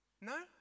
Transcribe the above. No